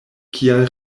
kial